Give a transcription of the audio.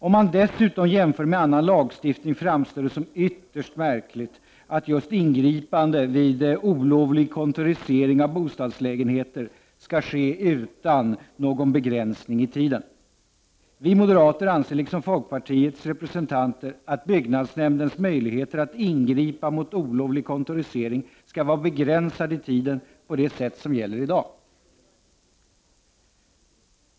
Om man dessutom jämför med annan lagstiftning framstår det som ytterst märkligt att just ingripande vid olovlig kontorisering av bostadslägenheter skall kunna ske utan någon begränsning i tiden. Vi moderater anser liksom folkpartiets representanter att byggnadsnämndens möjligheter att ingripa mot olovlig kontorisering skall vara begränsade i tiden på det sätt som gäller i dag.